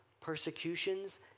persecutions